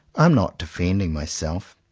i am not defending myself.